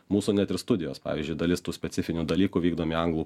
mūsų net ir studijos pavyzdžiui dalis tų specifinių dalykų vykdomi anglų